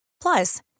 Plus